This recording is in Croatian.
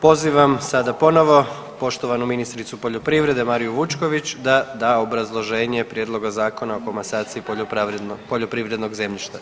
Pozivam sada ponovno poštovanu ministricu poljoprivrede Mariju Vučković da da obrazloženje Prijedloga zakona o komasaciji poljoprivrednog zemljišta.